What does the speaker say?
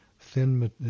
thin